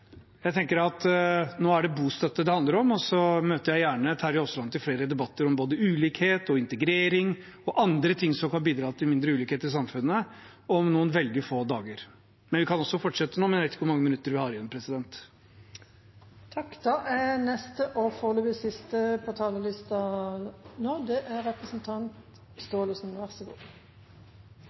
nå er det bostøtte det handler om, og jeg møter gjerne Terje Aasland til flere debatter om både ulikhet, integrering og andre ting som kan bidra til mindre ulikhet i samfunnet, om noen veldig få dager. Vi kan fortsette nå, men jeg vet ikke hvor mange minutter vi har igjen. Da stjeler jeg 30 sekunder til en «teaser» for budsjettdebatten på